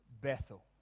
Bethel